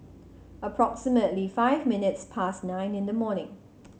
approximately five minutes past nine in the morning